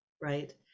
right